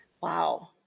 Wow